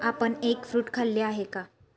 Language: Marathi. आपण एग फ्रूट खाल्ले आहे का?